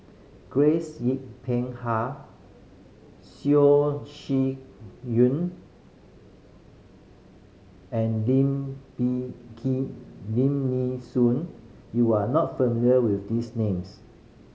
Grace Yin Peck Ha Shih Yun and Lim Nee Key Lim Nee Soon you are not familiar with these names